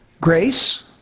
grace